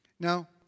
Now